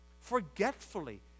forgetfully